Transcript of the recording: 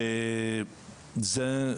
זה,